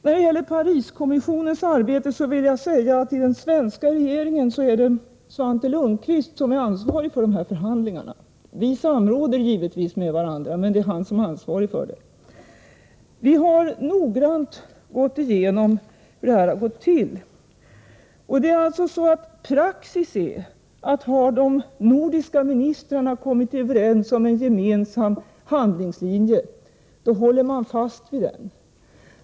När det gäller Pariskommissionens arbete vill jag säga att det inom den svenska regeringen är Svante Lundkvist som är ansvarig för dessa förhandlingar. Vi samråder givetvis med varandra, men det är han som är ansvarig i det sammanhanget. Vi har noggrant gått igenom hur det här har gått till. Praxis är att har de nordiska ministrarna kommit överens om en gemensam handlingslinje, då följer man den.